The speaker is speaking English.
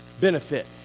benefit